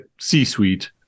C-suite